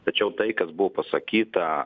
tačiau tai kas buvo pasakyta